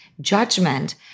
judgment